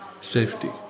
Safety